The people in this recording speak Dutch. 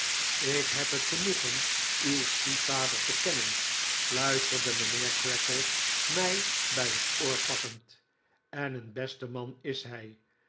ik neb het genoegen uw stiefvader te kennen fluisterde mijnheer creakle mij bij mijn oor pakkend en een beste man is hij